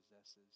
possesses